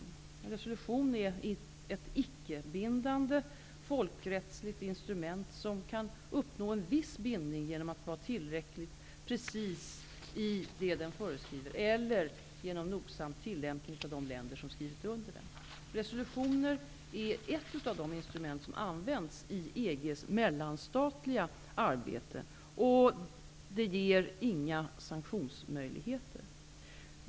En resolution är ett icke-bindande folkrättsligt instrument som kan uppnå en viss bindning genom att vara tillräckligt precis i det den föreskriver eller genom nogsam tillämpning av de länder som skrivit under den. Resolutioner är ett av de instrument som används i EG:s mellanstatliga arbete och de ger inga sanktionsmöjligheter.